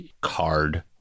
card